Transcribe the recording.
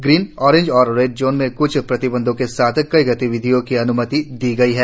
green orange और red zone में क्छ प्रतिबंधों के साथ कई गतिविधियों की अन्मति दी गई है